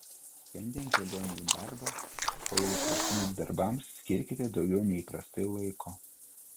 šiandien kelionei į darbą o ir įprastiniams darbams skirkite daugiau nei įprastai laiko